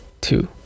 Two